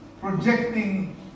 projecting